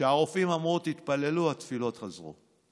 כשהרופאים אמרו: תתפללו, התפילות עזרו.